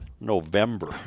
November